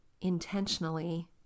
intentionally